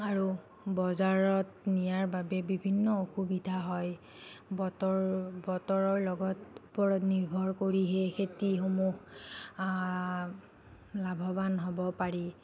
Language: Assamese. আৰু বজাৰত নিয়াৰ বাবে বিভিন্ন অসুবিধা হয় বতৰ বতৰৰ লগত ওপৰত নিৰ্ভৰ কৰিহে খেতিসমূহ লাভবান হ'ব পাৰি